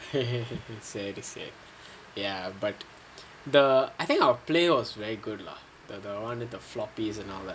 சரி சரி:sari sari ya but the I think our play was very good lah the one with floppy and all that